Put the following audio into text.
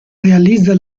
realizza